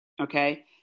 okay